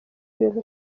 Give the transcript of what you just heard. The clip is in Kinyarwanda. bintu